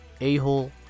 a-hole